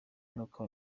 n’uko